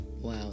wow